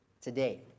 today